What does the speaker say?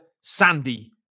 Sandy